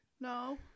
no